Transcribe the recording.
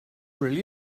really